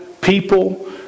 people